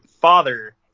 father